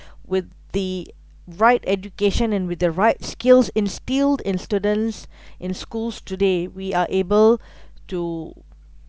with the right education and with the right skills instilled in students in schools today we are able to